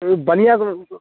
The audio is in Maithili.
बढ़िआँ